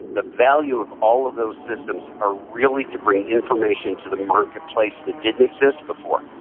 the value of all of those systems are really to bring information to the marketplace that didn't exist before.